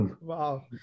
wow